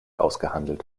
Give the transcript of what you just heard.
ausgehandelt